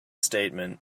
statement